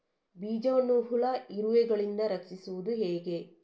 ಬೀಜವನ್ನು ಹುಳ, ಇರುವೆಗಳಿಂದ ರಕ್ಷಿಸುವುದು ಹೇಗೆ?